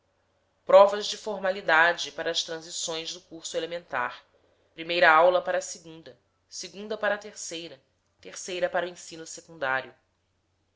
provas de formalidade para as transições do curso elementar primeira aula para a segunda segunda para a terceira terceira para o ensino secundário